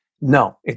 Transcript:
no